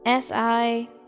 SI